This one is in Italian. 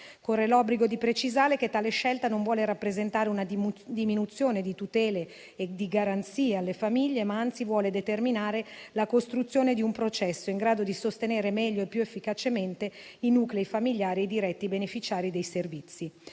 Corre l'obbligo di precisare che tale scelta non vuole rappresentare una diminuzione di tutele e di garanzie alle famiglie, ma anzi vuole determinare la costruzione di un processo in grado di sostenere meglio e più efficacemente i nuclei familiari e i diretti beneficiari dei servizi.